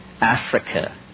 africa